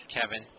Kevin